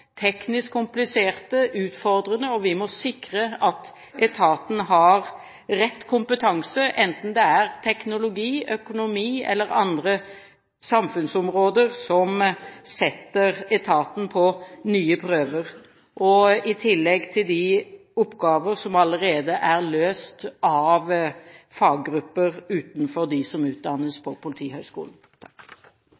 Vi må sikre at etaten har rett kompetanse, enten det gjelder teknologi, økonomi eller andre samfunnsområder, som setter etaten på nye prøver, i tillegg til oppgavene som allerede er løst av faggrupper utenfor de som utdannes